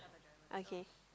okay